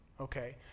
Okay